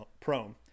prone